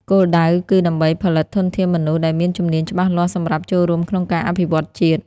គោលដៅគឺដើម្បីផលិតធនធានមនុស្សដែលមានជំនាញច្បាស់លាស់សម្រាប់ចូលរួមក្នុងការអភិវឌ្ឍជាតិ។